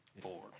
four